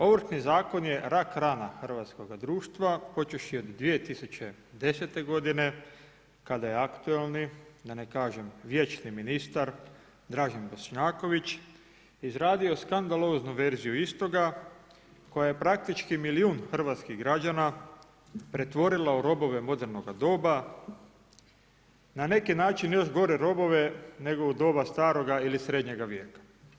Ovršni zakon je rak rana hrvatskoga društva počevši od 2010. godine kada je aktualni da ne kažem vječni ministar Dražen Bošnjaković izradio skandaloznu verziju istoga, koja je praktički milijun hrvatskih građana pretvorila u robove modernoga doba, na neki način još gore robove nego u doba staroga ili srednjega vijeka.